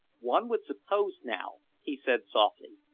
one would suppose, now, he said softly,